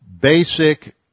basic